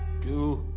do